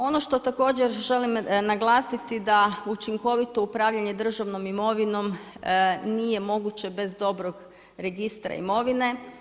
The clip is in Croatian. Ono što također želim naglasiti da učinkovito upravljanje državnom imovinom nije moguće bez dobrog registra imovine.